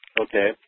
Okay